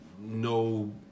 no